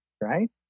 right